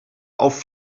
auf